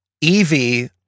Evie